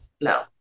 no